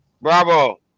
Bravo